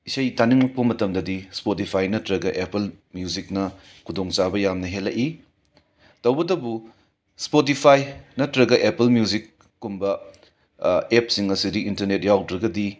ꯏꯁꯩ ꯇꯥꯅꯤꯡꯉꯛꯄ ꯃꯇꯝꯗꯗꯤ ꯁ꯭ꯄꯣꯗꯤꯐꯥꯏ ꯅꯠꯇ꯭ꯔꯒ ꯑꯦꯄꯜ ꯃ꯭ꯌꯨꯖꯤꯛꯅ ꯈꯨꯗꯣꯡꯆꯥꯕ ꯌꯥꯝꯅ ꯍꯦꯜꯂꯛꯏ ꯇꯧꯕꯗꯕꯨ ꯁ꯭ꯄꯣꯗꯤꯐꯥꯏ ꯅꯠꯇ꯭ꯔꯒ ꯑꯦꯄꯜ ꯃ꯭ꯌꯨꯖꯤꯛꯀꯨꯝꯕ ꯑꯦꯞꯁꯤꯡ ꯑꯁꯤꯗꯤ ꯏꯟꯇꯔꯅꯦꯠ ꯌꯥꯎꯗ꯭ꯔꯒꯗꯤ